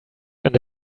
and